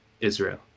israel